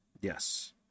Yes